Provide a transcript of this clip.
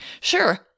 Sure